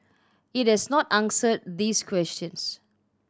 it has not answered these questions